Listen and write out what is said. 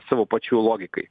savo pačių logikai